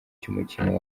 cy’umukino